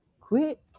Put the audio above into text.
quit